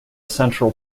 central